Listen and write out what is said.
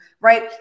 Right